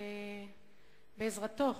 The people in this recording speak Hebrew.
ובעזרתו,